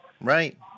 right